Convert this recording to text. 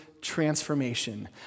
transformation